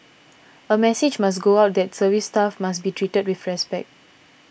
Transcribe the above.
a message must go out that service staff must be treated with respect